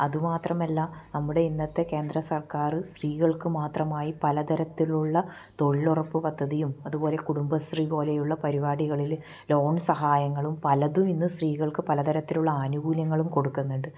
അതുമാത്രമല്ല നമ്മുടെ ഇന്നത്തെ കേന്ദ്രസർക്കാർ സ്ത്രീകൾക്ക് മാത്രമായി പലതരത്തിലുള്ള തൊഴിലുറപ്പ് പദ്ധതിയും അതുപോലെ കുടുംബശ്രീ പോലെയുള്ള പരിപാടികളിൽ ലോൺ സഹായങ്ങളും പലതും ഇന്ന് സ്ത്രീകൾക്ക് പലതരത്തിലുള്ള ആനുകൂല്യങ്ങളും കൊടുക്കുന്നുണ്ട്